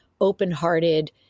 open-hearted